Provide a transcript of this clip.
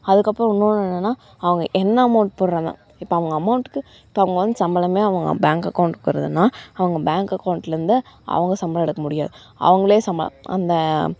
அதுக்கப்புறம் இன்னொன்று என்னென்னால் அவங்க என்ன அமௌண்ட் போடுறாங்க இப்ப அவங்க அமௌண்ட்டுக்கு இப்போ அவங்க வந்து சம்பளமே அவங்க பேங்க் அக்கவுண்டுக்கு வருதுன்னால் அவங்க பேங்க் அக்கவுண்டில் இருந்த அவங்க சம்பளம் எடுக்க முடியாது அவங்களே சம்ம அந்த